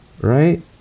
right